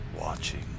watching